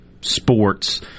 sports